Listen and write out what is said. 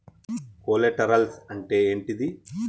Collaterals అంటే ఏంటిది?